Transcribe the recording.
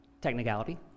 technicality